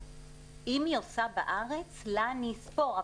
אם היא עושה בארץ אני אספור לה,